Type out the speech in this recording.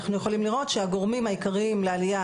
אנחנו יכולים לראות שהגורמים העיקריים לעלייה